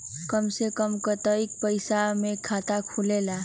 कम से कम कतेइक पैसा में खाता खुलेला?